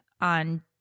on